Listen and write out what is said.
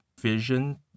Vision